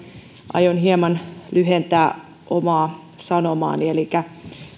aion hieman lyhentää omaa sanomaani elikkä